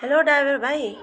hello driver भाइ